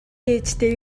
ээжтэй